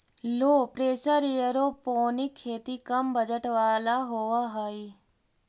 लो pressure aeroponic खेती कम budget वाला होव हई